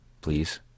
please